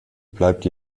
bleibt